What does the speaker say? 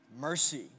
mercy